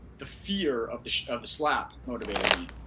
the fear of the of the slap motivated me.